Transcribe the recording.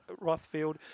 Rothfield